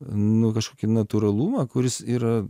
nu kažkokį natūralumą kuris yra